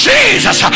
Jesus